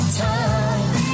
time